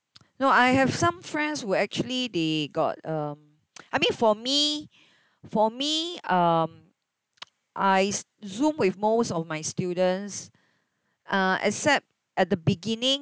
no I have some friends who actually they got um I mean for me for me um I s~ Zoom with most of my students uh except at the beginning